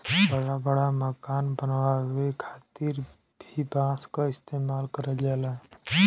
बड़ा बड़ा मकान बनावे खातिर भी बांस क इस्तेमाल करल जाला